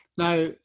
Now